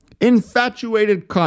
Infatuated